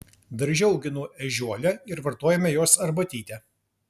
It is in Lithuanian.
darže auginu ežiuolę ir vartojame jos arbatytę